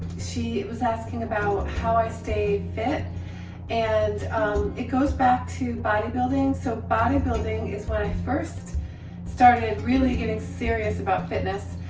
she was asking about how i stay fit and it goes back to body building. so body building is when i first started really getting serious about fitness,